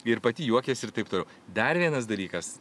ir pati juokiasi ir taip toliau dar vienas dalykas